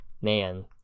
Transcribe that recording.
man